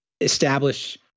establish